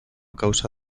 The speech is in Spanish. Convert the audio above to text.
causa